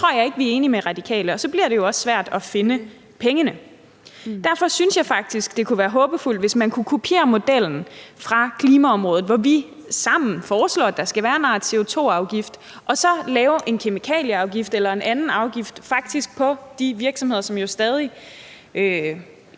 vi er enige med Radikale, og så bliver det jo også svært at finde pengene. Derfor synes jeg faktisk, at det kunne være håbefuldt, hvis man kunne kopiere modellen fra klimaområdet, hvor vi sammen foreslår, at der skal være en art CO2-afgift, og så laver en kemikalieafgift eller en anden afgift på de virksomheder, som jo i